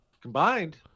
Combined